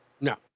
No